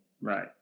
Right